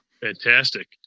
Fantastic